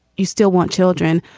you still want children?